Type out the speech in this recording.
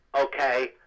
okay